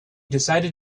decided